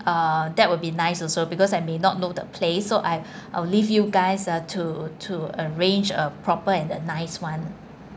uh that would be nice also because I may not know the place so I I'll leave you guys uh to to arrange a proper and a nice [one]